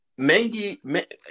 Mengi